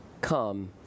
come